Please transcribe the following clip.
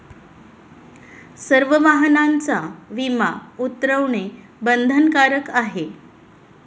सर्व वाहनांचा विमा उतरवणे बंधनकारक आहे